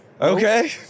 Okay